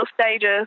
stages